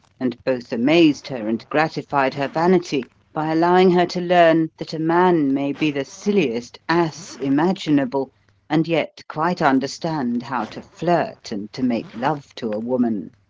and both amazed her and gratified her vanity by allowing her to learn that a man may be the silliest ass imaginable and yet quite understand how to flirt and to make love to a woman.